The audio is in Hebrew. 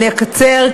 אני אקצר,